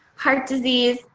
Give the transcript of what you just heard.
heart disease,